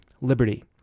Liberty